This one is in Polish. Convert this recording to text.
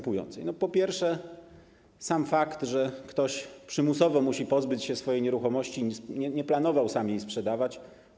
Po pierwsze, sam fakt, że ktoś przymusowo musi pozbyć się swojej nieruchomości, nie planował sam jej sprzedawać.